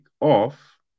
off